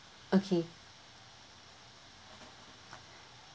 okay